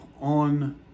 on